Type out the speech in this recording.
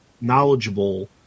knowledgeable